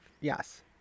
Yes